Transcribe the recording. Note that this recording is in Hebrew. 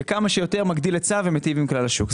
וכמה שיותר מגדיל היצע ומיטיב עם כלל השוק.